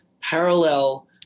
parallel